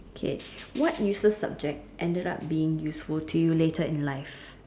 okay what useless subject ended up being useful to you later in life